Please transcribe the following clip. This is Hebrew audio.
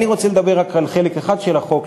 אני רוצה לדבר רק על חלק אחד של החוק,